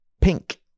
pink